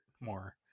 more